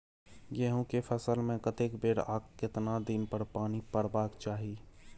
गेहूं के फसल मे कतेक बेर आ केतना दिन पर पानी परबाक चाही?